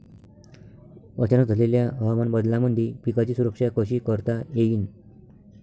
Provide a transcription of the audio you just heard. अचानक झालेल्या हवामान बदलामंदी पिकाची सुरक्षा कशी करता येईन?